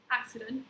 accident